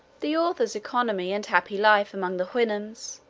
the author's economy, and happy life, among the houyhnhnms.